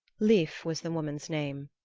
lif was the woman's name,